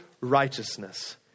righteousness